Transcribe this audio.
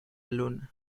luna